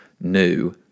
New